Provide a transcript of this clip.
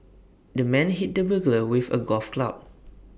the man hit the burglar with A golf club